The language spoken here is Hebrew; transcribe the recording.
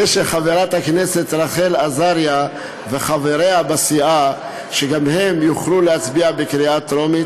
שחברת הכנסת רחל עזריה וחבריה בסיעה גם הם יוכלו להצביע בקריאה טרומית,